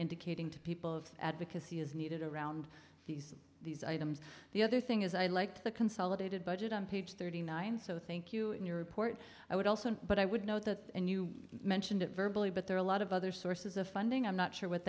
indicating to people of advocacy is needed around these these items the other thing is i'd like the consolidated budget on page thirty nine so thank you in your report i would also but i would note that and you mentioned it verbally but there are a lot of other sources of funding i'm not sure what